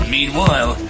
Meanwhile